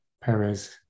Perez